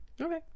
okay